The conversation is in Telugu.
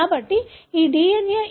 కాబట్టి ఈ DNA E